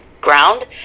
ground